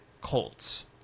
Colts